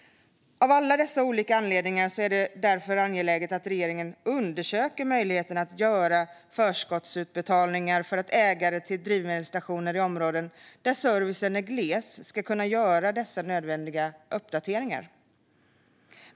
Av alla dessa olika anledningar är det därför angeläget att regeringen undersöker möjligheterna att göra förskottsutbetalningar för att ägare till drivmedelsstationer i områden där servicen är gles ska kunna göra dessa nödvändiga uppdateringar.